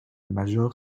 major